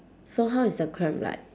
so how is the cramp like